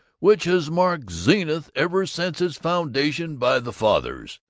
which has marked zenith ever since its foundation by the fathers.